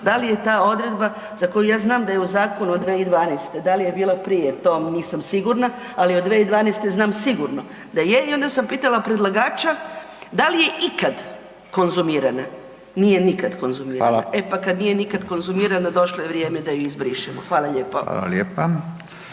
da li je ta odredba za koju ja znam da je u zakonu od 2012., da li je bila prije, to nisam sigurna. Ali, od 2012. znam sigurno da je i onda sam pitala predlagača da li je ikad konzumirana. Nije nikad konzumirana. .../Upadica: Hvala./... E pa kad nije nikad konzumirana, došlo je vrijeme da ju izbrišemo. Hvala lijepo.